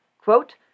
Quote